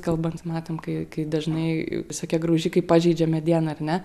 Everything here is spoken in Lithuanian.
kalbant matom kai kai dažnai visokie graužikai pažeidžia medieną ar ne